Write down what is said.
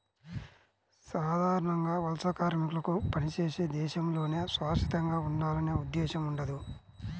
సాధారణంగా వలస కార్మికులకు పనిచేసే దేశంలోనే శాశ్వతంగా ఉండాలనే ఉద్దేశ్యం ఉండదు